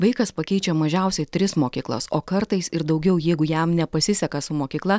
vaikas pakeičia mažiausiai tris mokyklas o kartais ir daugiau jeigu jam nepasiseka su mokykla